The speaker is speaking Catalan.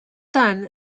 tant